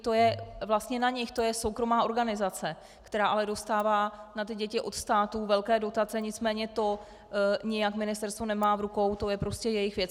To je vlastně na nich, to je soukromá organizace, která ale dostává na děti od státu velké dotace, nicméně to nijak ministerstvo nemá v rukou, to je prostě jejich věc.